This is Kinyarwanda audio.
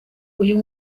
uyu